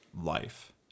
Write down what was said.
life